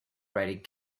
writing